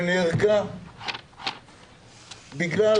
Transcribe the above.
שנהרגה בגלל